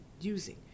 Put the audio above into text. using